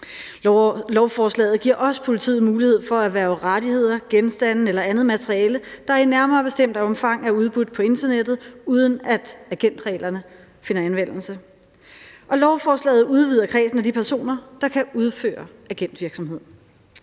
Lovforslaget giver også politiet mulighed for at erhverve rettigheder, genstande eller andet materiale, der i nærmere bestemt omfang er udbudt på internettet, uden at agentreglerne finder anvendelse. Lovforslaget udvider kredsen af de personer, der kan udføre agentvirksomhed.